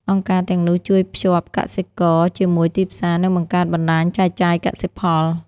អង្គការទាំងនោះជួយភ្ជាប់កសិករជាមួយទីផ្សារនិងបង្កើតបណ្តាញចែកចាយកសិផល។